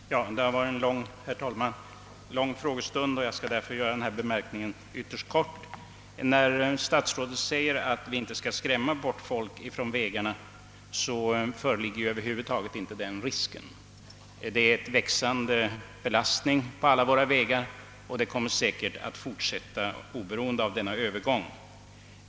Herr talman! Det har varit en lång frågestund. Jag skall därför göra denna min anmärkning ytterst kort. När statsrådet Palme säger att vi inte skall skrämma bort folk från vägarna, så föreligger över huvud taget inte någon risk för det. Vi har en växande belastning på alla våra vägar, och den utvecklingen kommer säkert att fortsätta, oberoende av övergången till högertrafik.